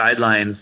guidelines